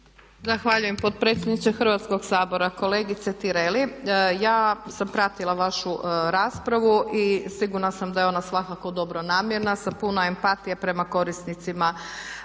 Zahvaljujem potpredsjedniče Hrvatskog sabora. Kolegice Tireli ja sam pratila vašu raspravu i sigurna sam da je ona svakako dobronamjerna sa puno empatije prema korisnicima